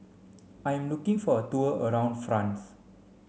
I am looking for a tour around France